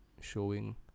showing